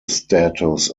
status